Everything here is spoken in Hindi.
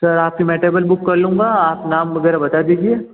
सर आप का मैं टेबल बुक कर लूँगा आप नाम वग़ैरह बता दीजिए